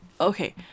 okay